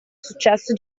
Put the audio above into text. successo